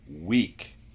week